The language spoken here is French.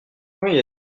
combien